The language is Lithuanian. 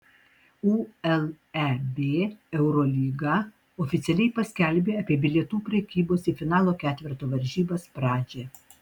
uleb eurolyga oficialiai paskelbė apie bilietų prekybos į finalo ketverto varžybas pradžią